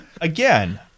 again